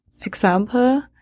example